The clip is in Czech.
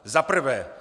Za prvé.